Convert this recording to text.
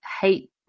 hate